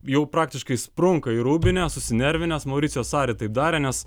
jau praktiškai sprunka į rūbinę susinervinęs mauricijus sari tai darė nes